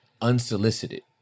unsolicited